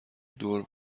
دور